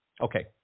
Okay